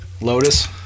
Lotus